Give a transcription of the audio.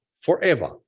forever